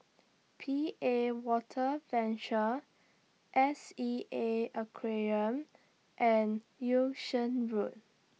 P A Water Venture S E A Aquarium and Yung Sheng Road